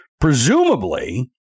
Presumably